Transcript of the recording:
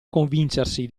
convincersi